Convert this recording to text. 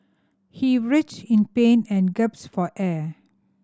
he writhed in pain and gasped for air